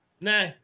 Nah